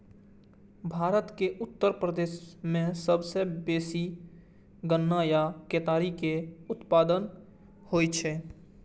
भारत के उत्तर प्रदेश मे सबसं बेसी गन्ना या केतारी के उत्पादन होइ छै